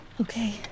Okay